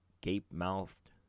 gape-mouthed